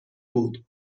بود